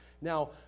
Now